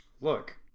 Look